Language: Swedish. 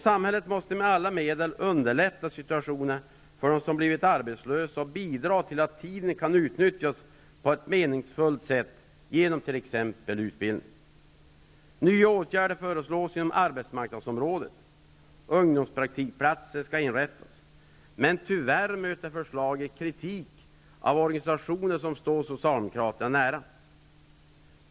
Samhället måste med alla medel underlätta situationen för dem som blivit arbetslösa och bidra till att tiden kan utnyttjas på ett meningsfullt sätt, t.ex. genom utbildning. Nya åtgärder föreslås inom arbetsmarknadsområdet. Ungdomspraktikplatser skall inrättas. Emellertid möter förslaget kritik från organisationer som står Socialdemokraterna nära.